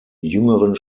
jüngeren